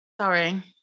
Sorry